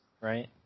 right